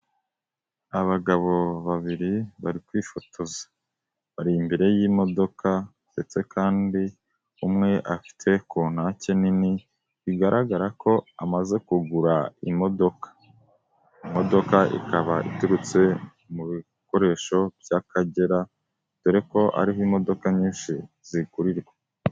Abagabo babiri bari kwifotoza bari imbere y'imodoka ndetse kandi umwe afite kuntake nini, bigaragara ko amaze kugura imodoka, imodoka ikaba iturutse mu bikoresho by'Akagera dore ko ariho imodoka nyinshi zigurirwa.